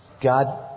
God